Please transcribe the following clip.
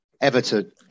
Everton